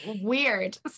Weird